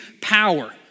power